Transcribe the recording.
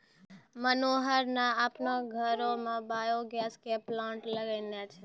मनोहर न आपनो घरो मॅ बायो गैस के प्लांट लगैनॅ छै